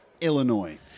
illinois